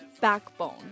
backbone